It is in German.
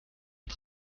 und